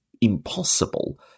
impossible